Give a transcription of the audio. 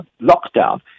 lockdown